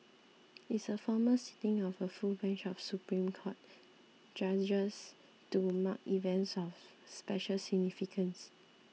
it's a formal sitting of a full bench of Supreme Court judgers to mark events of special significance